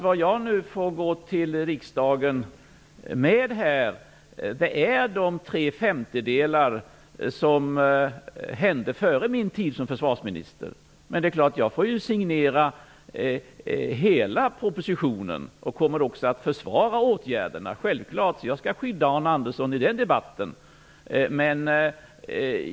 Vad jag nu får gå till riksdagen med är de tre femtedelar som hände före min tid som försvarsminister. Det är klart att jag får signera hela propositionen, och jag kommer självfallet också att försvara åtgärderna. Jag skall skydda Arne Andersson i den debatten.